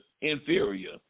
inferior